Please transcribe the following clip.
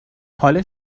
حال